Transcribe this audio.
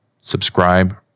subscribe